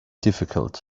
difficult